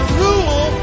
rule